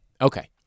Okay